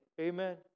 Amen